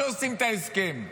כשעושים את ההסכם,